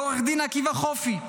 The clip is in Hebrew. לעו"ד עקיבא חופי,